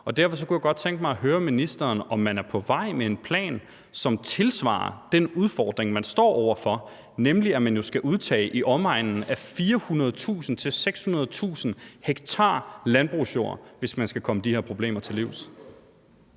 Derfor kunne jeg godt tænke mig at høre ministeren, om man er på vej med en plan, som tilsvarer den udfordring, man står over for, nemlig at man jo skal udtage i omegnen af 400.000-600.000 ha landbrugsjorder, hvis man skal komme de her problemer til livs.